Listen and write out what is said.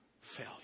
fail